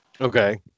Okay